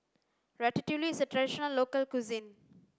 Ratatouille is a traditional local cuisine